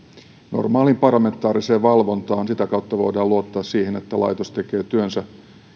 normaaliin parlamentaariseen valvontaan sitä kautta voidaan luottaa siihen että laitos tekee työnsä